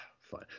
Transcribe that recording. Fine